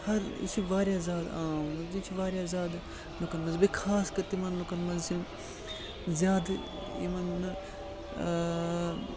ہر یہِ چھِ واریاہ زیادٕ عام مان ژٕ یہِ چھِ واریاہ زیادٕ لُکَن منٛز بیٚیہِ خاص کر تِمَن لُکَن منٛز یِم زیادٕ یِمَن نہٕ